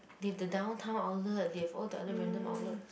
they have the Downtown outlet they have all the other random outlets